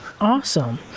Awesome